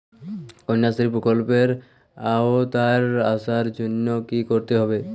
কন্যাশ্রী প্রকল্পের আওতায় আসার জন্য কী করতে হবে?